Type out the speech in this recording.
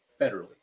federally